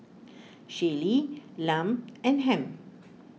Shaylee Lum and Hamp